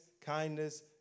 kindness